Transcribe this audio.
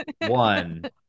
one